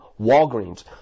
Walgreens